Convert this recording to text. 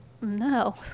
no